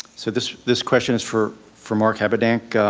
so this this question is for for mark habedank.